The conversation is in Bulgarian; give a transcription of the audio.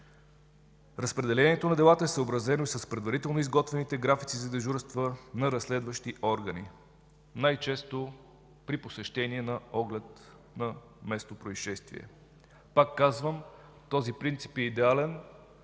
разпределението на делата е съобразено с предварително изготвените графици за дежурства на разследващи органи, най често при посещения на оглед на местопроизшествие. Пак казвам: този принцип е идеален,